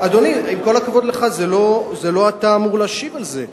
אדוני, עם כל הכבוד לך, לא אתה אמור להשיב על זה.